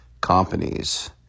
companies